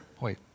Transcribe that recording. wait